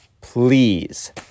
Please